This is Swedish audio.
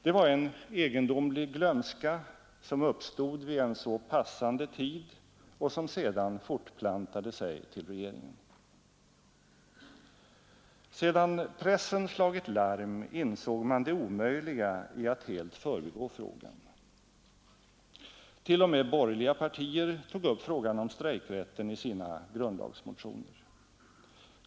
Det var en egendomlig ”glömska” som uppstod vid en så passande tid och som sedan fortplantade sig till regeringen. Sedan pressen slagit larm insåg man det omöjliga i att helt förbigå frågan. T. o. m. borgerliga partier tog upp frågan om strejkrätten i sina grundlagsmotioner.